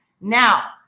Now